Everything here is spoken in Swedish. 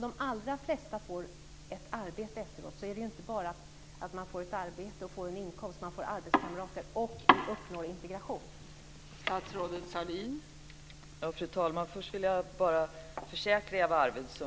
De allra flesta får ett arbete efteråt, och de får inte bara ett arbete och en inkomst, utan de får arbetskamrater, och man uppnår integration.